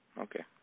Okay